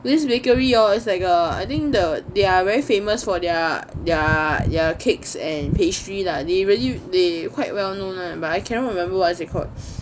this bakery orh it's like uh I think the they're very famous for their their their cakes and pastry lah they really the quite well known lah but I cannot remember what is it called